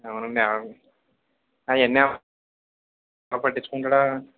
అవునండీ అవును అయ్యన్ని ఎవడు పట్టించుకుంటాడు